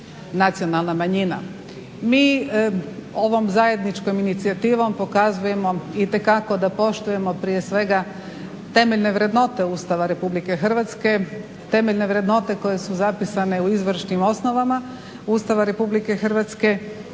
Mi ovom zajedničkom inicijativom pokazujemo itekako da poštujemo prije svega temeljne vrednote Ustava Republike Hrvatske, temeljne vrednote koje su zapisane u izvorišnim osnovama Ustava Republike Hrvatske.